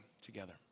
together